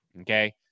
okay